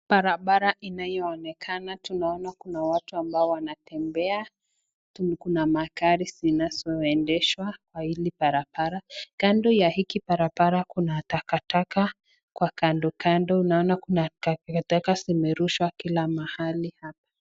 Barabara inayoonekana. Tunaona kuna watu ambao wanatembea. Kuna magari zinazoendeshwa kwa hili barabara. Kando ya hiki barabara, kuna takataka kwa kando kando unaona kuna takataka zimerushwa kila mahali hapa.